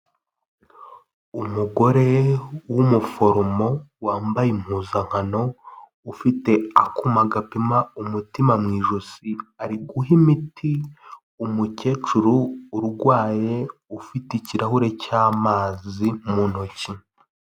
Umugore w'umuforomo wambaye impuzankano ufite akuma gapima umutima mu ijosi, ari guha imiti umukecuru urwaye ufite ikirahure cy'amazi mu ntoki.